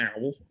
Owl